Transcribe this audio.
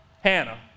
Hannah